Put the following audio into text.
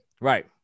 right